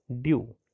due